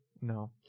no